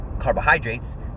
carbohydrates